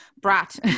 brat